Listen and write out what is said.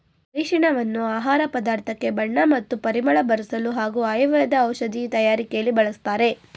ಅರಿಶಿನವನ್ನು ಆಹಾರ ಪದಾರ್ಥಕ್ಕೆ ಬಣ್ಣ ಮತ್ತು ಪರಿಮಳ ಬರ್ಸಲು ಹಾಗೂ ಆಯುರ್ವೇದ ಔಷಧಿ ತಯಾರಕೆಲಿ ಬಳಸ್ತಾರೆ